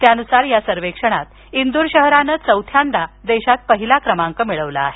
त्यानुसार या सर्वेक्षणात इंदूर शहरानं चवथ्यांदा देशात पहिला क्रमांक मिळवला आहे